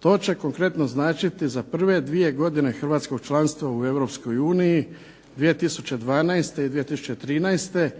To će konkretno značiti za prve dvije godine hrvatskog članstva u Europskoj uniji 2012. i 2013.,